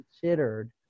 considered